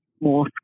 more